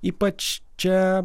ypač čia